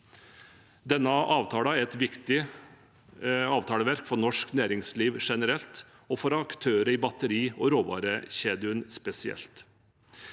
Denne avtalen er viktig for norsk næringsliv generelt, og for aktører i batteri- og råvarekjeden spesielt.